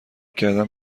کردم